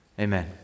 Amen